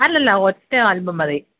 അല്ലല്ല ഒറ്റ ആൽബം മതി